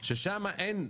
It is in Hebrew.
ששם אין,